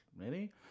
Ready